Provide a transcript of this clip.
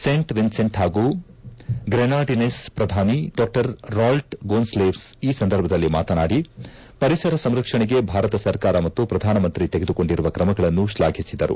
scent Vincent ಹಾಗೂ Grenadines ಪ್ರಧಾನಿ ಡಾ ರಾಲ್ಪ್ ಗೋನ್ನ್ಲೇವ್ಸ್ ಈ ಸಂದರ್ಭದಲ್ಲಿ ಮಾತನಾಡಿ ಪರಿಸರ ಸಂರಕ್ಷಣೆಗೆ ಭಾರತ ಸರ್ಕಾರ ಮತ್ತು ಪ್ರಧಾನಮಂತ್ರಿ ತೆಗೆದುಕೊಂಡಿರುವ ಕ್ರಮಗಳನ್ನು ಶ್ಲಾಘಿಸಿದರು